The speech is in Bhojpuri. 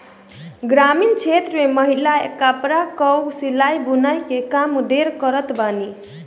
ग्रामीण क्षेत्र में महिलायें कपड़ा कअ सिलाई बुनाई के काम ढेर करत बानी